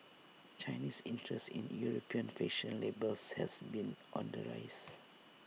Chinese interest in european fashion labels has been on the rise